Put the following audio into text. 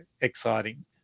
exciting